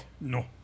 No